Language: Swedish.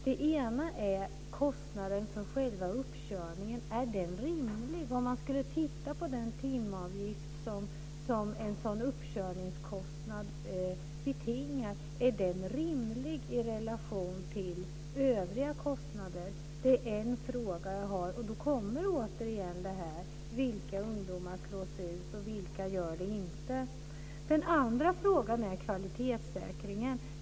Den ena är: Är den kostnad som en uppkörning betingar rimlig i relation till övriga kostnader? Då kommer återigen frågan upp om vilka ungdomar som slås ut och vilka som inte gör det. Den andra frågan gäller kvalitetssäkringen.